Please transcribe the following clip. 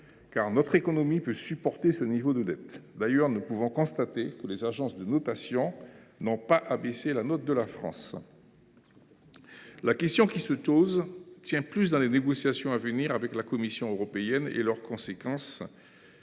car notre économie peut supporter ce niveau de dette. D’ailleurs, nous pouvons constater que les agences de notation n’ont pas abaissé la note de la France. Les négociations à venir avec la Commission européenne et leurs conséquences